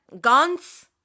guns